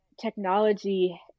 technology